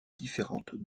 différente